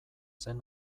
zen